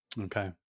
Okay